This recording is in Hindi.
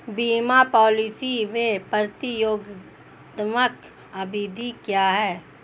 बीमा पॉलिसी में प्रतियोगात्मक अवधि क्या है?